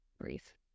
brief